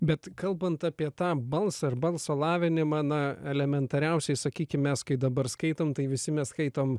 bet kalbant apie tą balsą ir balso lavinimą na elementariausiai sakykim mes kai dabar skaitom tai visi mes skaitom